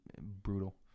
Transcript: brutal